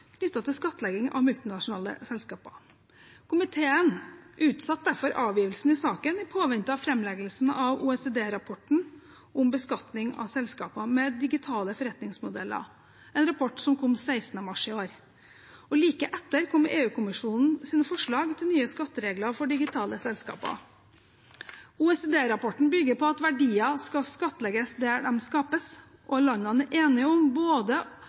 til skattlegging av multinasjonale selskaper. Komiteen utsatte derfor avgjørelsen i saken i påvente av framleggelsen av OECD-rapporten om beskatning av selskaper med digitale forretningsmodeller, en rapport som kom den 16. mars i år. Like etter kom EU-kommisjonens forslag til nye skatteregler for digitale selskaper. OECD-rapporten bygger på at verdier skal skattlegges der de skapes, og landene er enige om både